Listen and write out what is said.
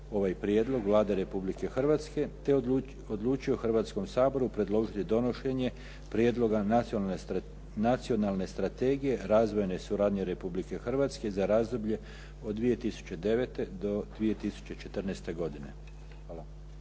ovaj prijedlog Vlade Republike Hrvatske te odlučio Hrvatskom saboru predložiti donošenje Prijedloga Nacionalne strategije razvojne suradnje Republike Hrvatske za razdoblje od 2009. do 2014. godine. hvala.